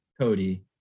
Cody